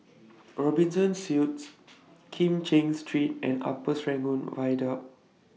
Robinson Suites Kim Cheng Street and Upper Serangoon Viaduct